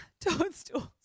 toadstools